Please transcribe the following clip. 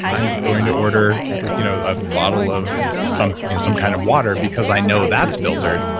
i'm going to order you know a bottle of some you know some kind of water because i know that's filtered.